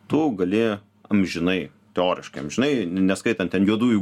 tu gali amžinai teoriškai amžinai neskaitant ten juodųjų